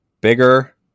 bigger